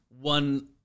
one